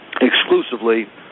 exclusively